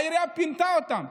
העירייה פינתה אותם.